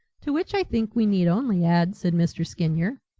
to which i think we need only add, said mr. skinyer,